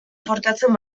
portatzen